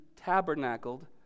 tabernacled